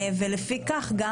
ולפי מה שתאמרו,